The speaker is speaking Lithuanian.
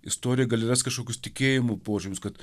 istorijoj gali rast kažkokius tikėjimo požymius kad